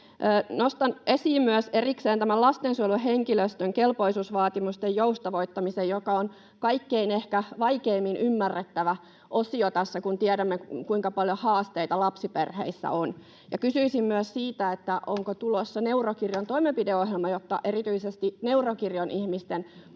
Nostan esiin myös erikseen tämän lastensuojelun henkilöstön kelpoisuusvaatimusten joustavoittamisen, joka on ehkä kaikkein vaikeimmin ymmärrettävä osio tässä, kun tiedämme, kuinka paljon haasteita lapsiperheissä on. Kysyisin myös siitä, onko tulossa neurokirjon toimenpideohjelma, jotta erityisesti neurokirjon ihmisten hoitopolut